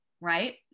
right